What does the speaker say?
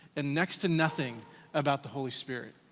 and next to nothing about the holy spirit.